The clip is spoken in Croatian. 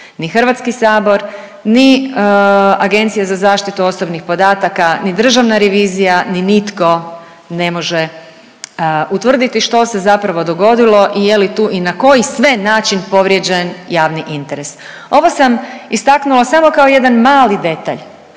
ništa, ni HS, ni Agencija za zaštitu osobnih podataka, ni Državna revizija, ni nitko ne može utvrditi što se zapravo dogodilo i je li tu i na koji sve način povrijeđen javni interes. Ovo sam istaknula samo kao jedan mali detalj,